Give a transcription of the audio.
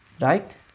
Right